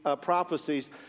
prophecies